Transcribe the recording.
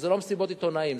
ולא מסיבות עיתונאים,